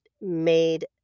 made